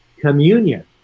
Communion